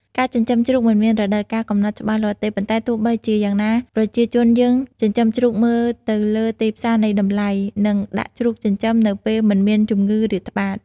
ការចិញ្ចឹមជ្រូកមិនមានរដូវកាលកំណត់ច្បាស់លាស់ទេ ប៉ុន្តែទោះបីជាយ៉ាងណាប្រជាជនយើងចិញ្ចឹមជ្រូកមើលទៅលើទីផ្សារនៃតម្លៃ និងដាក់ជ្រូកចិញ្ចឹមនៅពេលមិនមានជំងឺរាតត្បាត។